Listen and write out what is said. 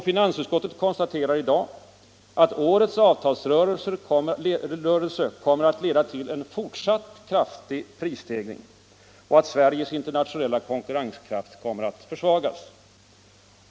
Finansutskottet konstaterar i dag ”att årets avtalsrörelse kommer att leda till en fortsatt, kraftig prisstegring” och att Sveriges internationella konkurrenskraft kommer att försvagas.